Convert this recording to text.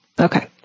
Okay